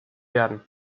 werden